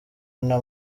nta